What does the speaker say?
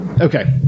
Okay